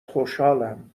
خوشحالم